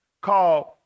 called